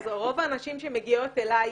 אז רוב הנשים שמגיעות אליי,